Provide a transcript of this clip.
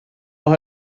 los